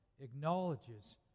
acknowledges